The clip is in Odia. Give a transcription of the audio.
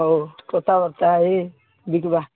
ହଉ କଥାବାର୍ତ୍ତା ହେଇ ବିକବା